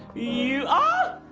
you. oh!